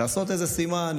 לעשות איזה סימן,